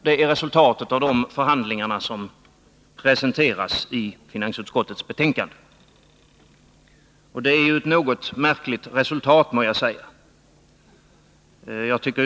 Det är resultatet av dessa förhandlingar som nu presenteras i finansutskottets betänkande — ett något märkligt resultat, må jag säga.